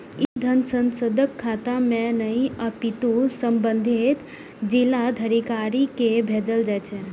ई धन सांसदक खाता मे नहि, अपितु संबंधित जिलाधिकारी कें भेजल जाइ छै